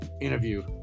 interview